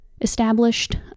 established